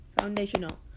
foundational